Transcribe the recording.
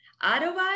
Otherwise